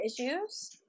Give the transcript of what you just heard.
issues